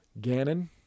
Gannon